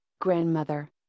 grandmother